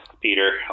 Peter